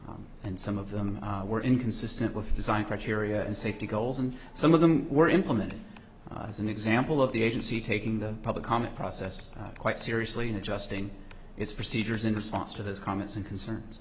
and some of them were inconsistent with design criteria and safety goals and some of them were implemented as an example of the agency taking the public comment process quite seriously and adjusting its procedures in response to those comments and concerns